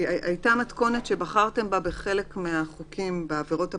הייתה מתכונת שבחרתם בה בחלק מהחוקים בעברות הפליליות,